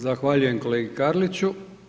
Zahvaljujem kolegi Karliću.